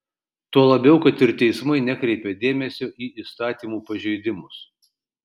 tuo labiau kad ir teismai nekreipia dėmesio į įstatymų pažeidimus